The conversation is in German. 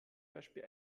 beispiel